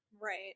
right